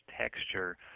texture